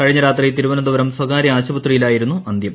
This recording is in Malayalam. കഴിഞ്ഞ രാത്രി തിരുവനന്തപുരം സ്ഥകാര്യ ആശുപത്രിയിലായിരുന്നു അന്ത്യം